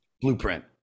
blueprint